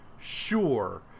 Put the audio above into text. Sure